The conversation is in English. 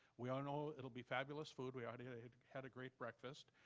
we all know it'll be fabulous food, we ah had had a great breakfast,